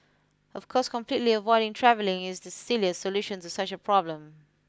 of course completely avoiding travelling is the silliest solution to such a problem